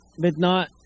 Midnight